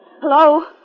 Hello